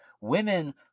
women